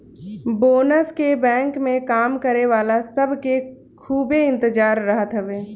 bonus के bank में काम करे वाला सब के खूबे इंतजार रहत हवे